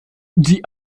die